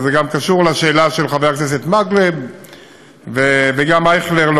וזה גם קשור לשאלה של חבר הכנסת מקלב וגם אייכלר.